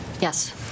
Yes